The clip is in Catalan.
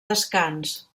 descans